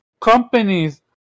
Companies